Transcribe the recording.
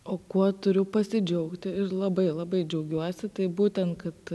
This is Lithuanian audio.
o kuo turiu pasidžiaugti ir labai labai džiaugiuosi tai būtent kad